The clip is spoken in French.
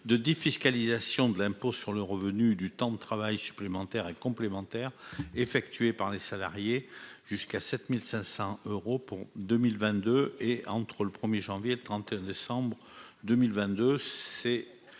de défiscalisation de l'impôt sur le revenu du temps de travail supplémentaire et complémentaire effectué par les salariés, jusqu'à 7 500 euros au titre de l'année 2022, soit entre le 1janvier 2022 et le 31 décembre 2022.